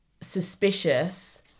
Suspicious